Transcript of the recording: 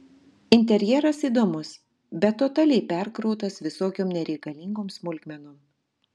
interjeras įdomus bet totaliai perkrautas visokiom nereikalingom smulkmenom